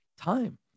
time